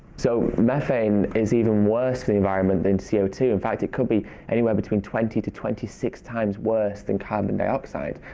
so methane is even worse for the environment than c o two. in fact, it could be anywhere between twenty to twenty six times worse than carbon dioxide